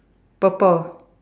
purple